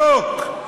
יוק".